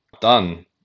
done